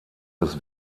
des